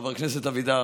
חבר הכנסת אבידר,